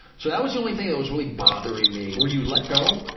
so that was the only thing that was really bothering me. were you let go?